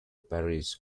parish